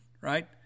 Right